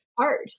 art